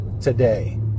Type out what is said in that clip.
today